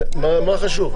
מה חשוב?